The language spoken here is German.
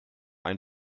ein